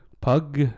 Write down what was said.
Pug